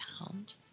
pound